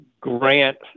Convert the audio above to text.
grant